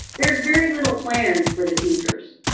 there's very little plans for the teachers.